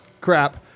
Crap